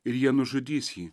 ir jie nužudys jį